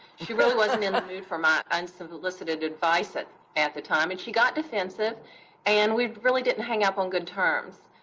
she really wasn't in the ah mood for my unsolicited advice at at the time. and she got defensive and we really didn't hang up on good terms.